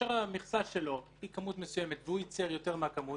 כאשר המכסה שלו היא כמות מסוימת והוא ייצר יותר מהכמות,